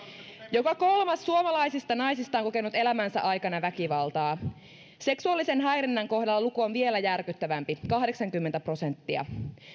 joka kolmas suomalaisista naisista on kokenut elämänsä aikana väkivaltaa ja seksuaalisen häirinnän kohdalla luku on vielä järkyttävämpi kahdeksankymmentä prosenttia